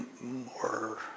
more